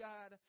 God